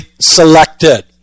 selected